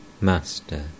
Master